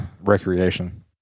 recreation